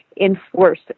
enforce